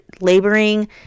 laboring